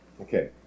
Okay